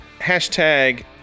hashtag